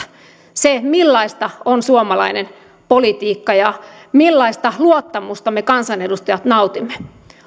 millaista on suomalainen politiikka ja millaista luottamusta me kansanedustajat nautimme